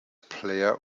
player